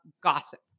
gossip